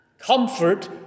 Comfort